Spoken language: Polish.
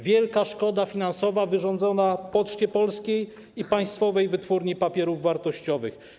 Wielka szkoda finansowa wyrządzona Poczcie Polskiej i Państwowej Wytwórni Papierów Wartościowych.